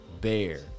Bear